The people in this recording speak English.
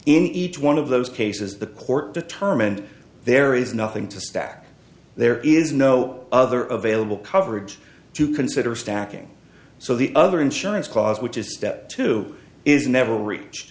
in each one of those cases the court determined there is nothing to stack there is no other of ailill coverage to consider stacking so the other insurance cause which is step two is never reach